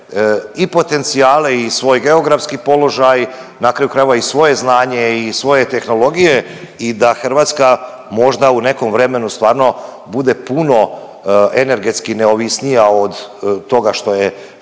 i potencijale i svoj geografski položaj, na kraju krajeva i svoje znanje i svoje tehnologije i da Hrvatska možda u nekom vremenu stvarno bude puno energetski neovisnija od toga što je, što je